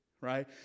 Right